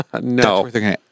No